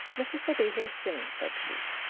missis'll be here soon, said she.